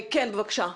כן בבקשה.